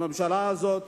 הממשלה הזאת,